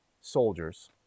soldiers